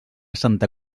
santa